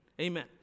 Amen